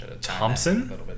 thompson